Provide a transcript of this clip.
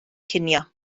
cinio